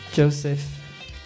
Joseph